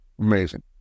Amazing